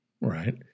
right